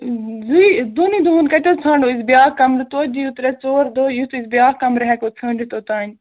زٕ دوٚنُے دۄہَن کَتہِ حظ ژھانڈو أسۍ بیاکھ کَمرٕ توتہِ دِیو ترٛےٚ ژور دۄہ یُتھُے أسۍ بیاکھ کَمرٕ ہیکو ژھٲنٛڈتھ اوٚتانۍ